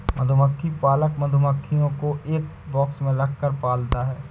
मधुमक्खी पालक मधुमक्खियों को एक बॉक्स में रखकर पालता है